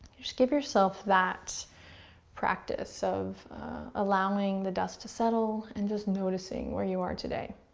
just give yourself that practice of allowing the dust to settle and just noticing where you are today.